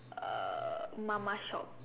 uh mama shop